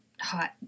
hot